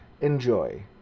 enjoy